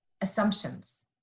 assumptions